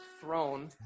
throne